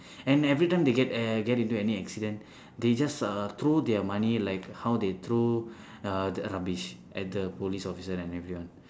and every time they get uh get into any accident they just uh throw their money like how they throw uh the rubbish at the police officer and everyone